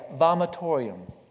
vomitorium